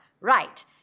Right